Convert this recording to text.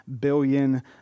billion